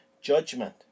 judgment